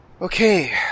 Okay